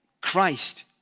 Christ